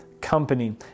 company